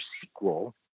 sequel